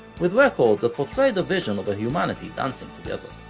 with records that portrayed a vision of a humanity dancing together.